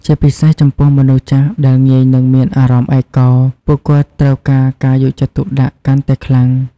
ជាពិសេស ចំពោះមនុស្សចាស់ដែលងាយនឹងមានអារម្មណ៍ឯកោ ពួកគាត់ត្រូវការការយកចិត្តទុកដាក់កាន់តែខ្លាំង។